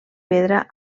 pedra